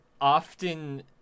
often